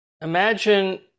imagine